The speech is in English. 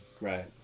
Right